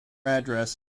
address